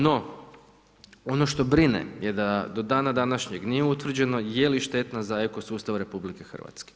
No, ono što brine je da do dana današnjeg nije utvrđeno je li štetna za eko sustav RH.